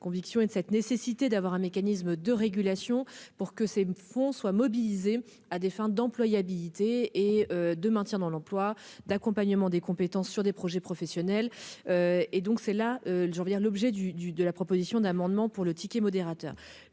conviction et de cette nécessité d'avoir un mécanisme de régulation pour que ces fonds soient mobilisés à des fins d'employabilité et de maintien dans l'emploi d'accompagnement des compétences sur des projets professionnels et donc c'est là je reviens l'objet du du de la proposition d'amendement pour le ticket modérateur,